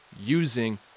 using